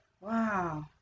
wow